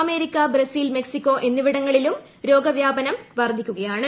America Brazil Mexico എന്നിവിടങ്ങളിലും രോഗവ്യാപനം വർദ്ധിക്കുകയാണ്